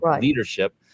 leadership